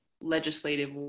legislative